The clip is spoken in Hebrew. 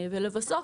ולבסוף,